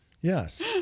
Yes